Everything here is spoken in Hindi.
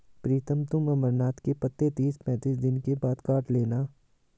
प्रीतम तुम अमरनाथ के पत्ते तीस पैंतीस दिन के बाद काट लेना